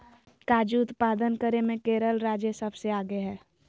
काजू उत्पादन करे मे केरल राज्य सबसे आगे हय